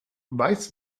weiß